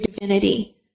divinity